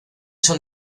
son